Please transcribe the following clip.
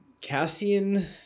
Cassian